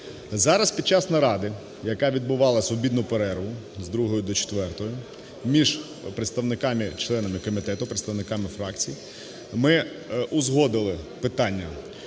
Зараз під час наради, яка відбувалася в обідню перерву, з 2 до 4, між представниками членами комітету, представниками фракцій ми узгодили питання,